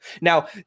Now